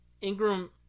Ingram